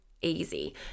easy